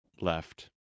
left